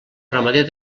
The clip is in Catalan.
ramader